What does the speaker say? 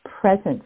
presence